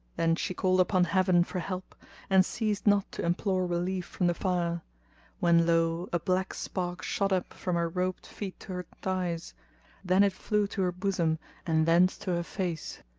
then she called upon heaven for help and ceased not to implore relief from the fire when lo! a black spark shot up from her robed feet to her thighs then it flew to her bosom and thence to her face.